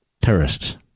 terrorists